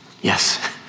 Yes